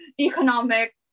economic